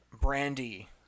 Brandy